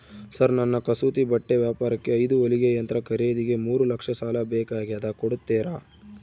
Sir ನನ್ನ ಕಸೂತಿ ಬಟ್ಟೆ ವ್ಯಾಪಾರಕ್ಕೆ ಐದು ಹೊಲಿಗೆ ಯಂತ್ರ ಖರೇದಿಗೆ ಮೂರು ಲಕ್ಷ ಸಾಲ ಬೇಕಾಗ್ಯದ ಕೊಡುತ್ತೇರಾ?